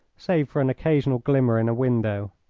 save for an occasional glimmer in a window.